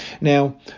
now